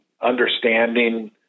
understanding